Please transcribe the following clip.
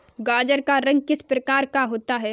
गाजर का रंग किस प्रकार का होता है?